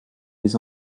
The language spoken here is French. les